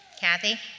Kathy